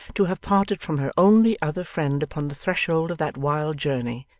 to have parted from her only other friend upon the threshold of that wild journey,